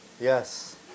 Yes